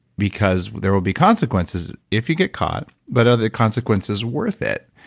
because there will be consequences if you get caught. but, are the consequences worth it?